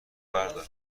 بردار